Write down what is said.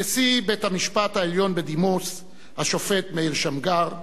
נשיא בית-המשפט העליון בדימוס, השופט מאיר שמגר,